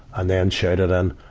and then shouted and